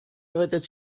oeddet